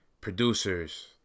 producers